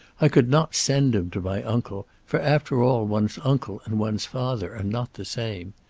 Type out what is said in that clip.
i could not send him to my uncle for, after all, one's uncle and one's father are not the same.